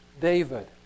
David